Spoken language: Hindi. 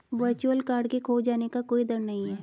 वर्चुअल कार्ड के खोने का कोई दर नहीं है